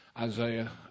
Isaiah